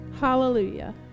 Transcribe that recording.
Hallelujah